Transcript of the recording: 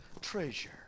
treasure